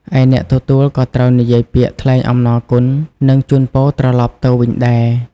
ឯអ្នកទទួលក៏ត្រូវនិយាយពាក្យ ថ្លែងអំណរគុណ និងជូនពរត្រឡប់ទៅវិញដែរ។